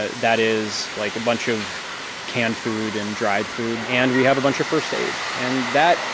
ah that is, like, a bunch of canned food and dried food. and we have a bunch of first aid. and that,